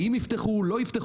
אם יפתחו או לא יפתחו,